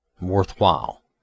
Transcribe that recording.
worthwhile